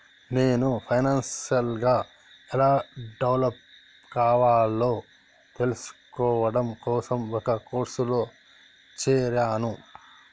నేను ఫైనాన్షియల్ గా ఎలా డెవలప్ కావాలో తెల్సుకోడం కోసం ఒక కోర్సులో జేరాను